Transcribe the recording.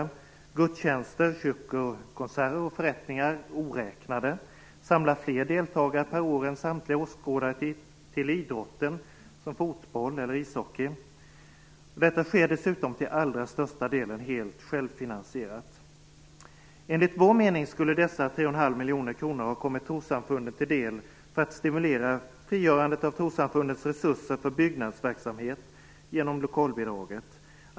Antalet deltagare i gudstjänster - kyrkokonserter och förrättningar oräknade - är fler än antalet åskådare till samtliga idrotter, t.ex. fotboll och ishockey. Detta sker dessutom till allra största delen helt självfinansierat. Enligt vår mening skulle dessa 3,5 miljoner kronor ha kommit trossamfunden till del för att stimulera frigörandet av trossamfundens resurser för byggnadsverksamhet genom lokalbidraget.